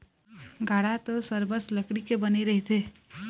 गाड़ा तो सरबस लकड़ी के बने रहिथे